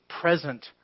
present